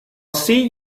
see